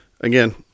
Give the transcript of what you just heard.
again